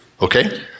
Okay